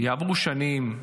יעברו שנים,